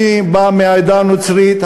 אני בא מהעדה הנוצרית,